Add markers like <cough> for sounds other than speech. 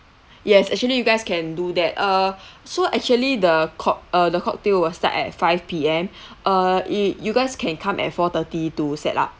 yes actually you guys can do that uh <breath> so actually the cock~ uh the cocktail will start at five P_M <breath> uh y~ you guys can come at four thirty to set up